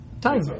Time